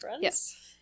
Yes